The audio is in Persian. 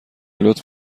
لطف